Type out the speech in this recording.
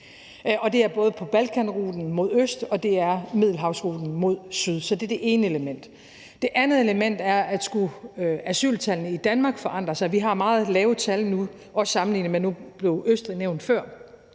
gælder både Balkanruten mod øst og Middelhavsruten mod syd. Det er det ene element. Det andet element er, at skulle asyltallene i Danmark forandre sig – vi har meget lave tal nu, også sammenlignet med Østrig, som blev nævnt før,